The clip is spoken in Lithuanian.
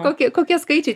kokie kokie skaičiai